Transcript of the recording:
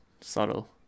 subtle